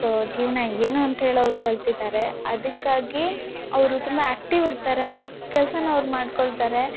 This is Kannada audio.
ಸೊ ಜೀವನ ಏನು ಅಂತ್ಹೇಳಿ ಅವ್ರು ಕಲಿತಿದ್ದಾರೆ ಅದಕ್ಕಾಗಿ ಅವರು ತುಂಬಾ ಆ್ಯಕ್ಟಿವ್ ಇರ್ತಾರೆ ಅವ್ರದ್ದು ಕೆಲಸನ ಅವ್ರು ಮಾಡಿಕೊಳ್ತಾರೆ